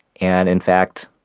and in fact,